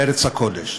בארץ הקודש.